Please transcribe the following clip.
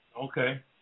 Okay